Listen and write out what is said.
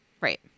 Right